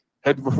Head